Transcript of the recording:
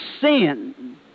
sin